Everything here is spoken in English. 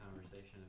conversation